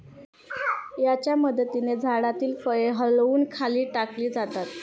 याच्या मदतीने झाडातील फळे हलवून खाली टाकली जातात